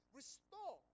restore